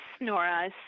Nora